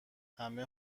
همه